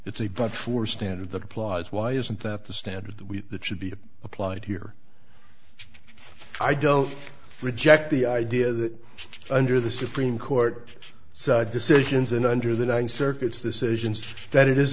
it's a but for stand of the clause why isn't that the standard that we should be applied here i don't reject the idea that under the supreme court so decisions and under the ninth circuit's decision that it is